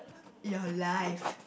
your life